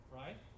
right